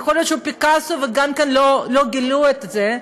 ויכול להיות שהוא פיקאסו ולא גילו גם את זה,